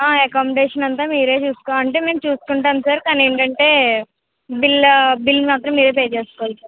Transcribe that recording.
accommodation అంతా మీరు చూసుకో అంటే మేము చూసుకుంటాం సార్ కానీ ఏంటంటే బిల్ బిల్ మాత్రమే మీరు పే చేసుకోవాలి సార్